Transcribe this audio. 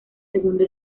segundo